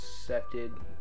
accepted